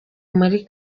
muri